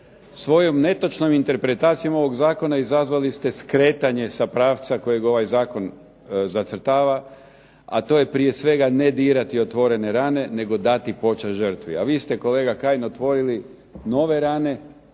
Svojom netočnom interpretacijom ovog Zakona izazvali ste skretanje sa pravca kojeg ovaj Zakon zacrtava a to je prije svega ne dirati otvorene rane, nego dati počast žrtvi. A vi ste kolega Kajin otvorili nove rane